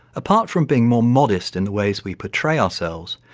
apart from being more modest in the ways we portray ourselves,